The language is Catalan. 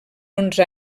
onze